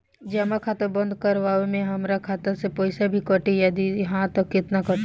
जमा खाता बंद करवावे मे हमरा खाता से पईसा भी कटी यदि हा त केतना कटी?